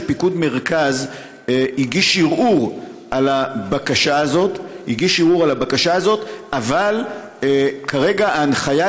שפיקוד מרכז הגיש ערעור על הבקשה הזאת אבל כרגע ההנחיה,